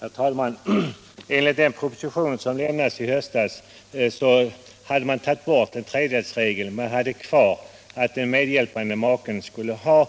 Herr talman! Enligt den proposition som lämnades i höstas har tredjedelsregeln tagits bort och kvar är regeln att den medhjälpande maken skall ha